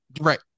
Right